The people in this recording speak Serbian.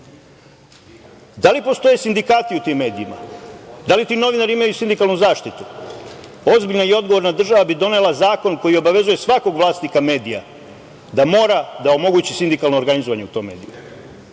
da li postoje sindikati u tim medijima? Da li ti novinari imaju sindikalnu zaštitu? Ozbiljna i odgovorna država bi donela zakon koji obavezuje svakog vlasnika medija da mora da omogući sindikalno organizovanje u tom